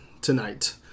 tonight